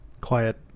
quiet